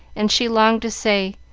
and she longed to say,